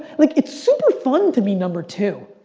like it's super fun to be number two.